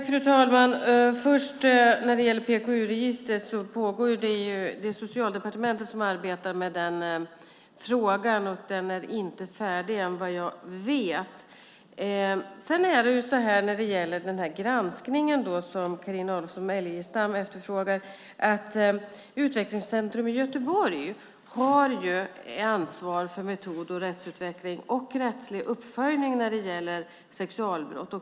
Fru talman! När det först gäller PKU-registret är det Socialdepartementet som arbetar med frågan, och utredningen är inte färdig än, vad jag vet. När det gäller granskningen som Carina Adolfsson Elgestam efterfrågar har Utvecklingscentrum i Göteborg ansvar för metod och rättsutveckling och rättslig uppföljning och tillsyn när det gäller sexualbrott.